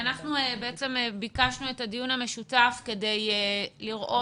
אנחנו ביקשנו את הדיון המשותף כדי לראות